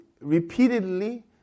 repeatedly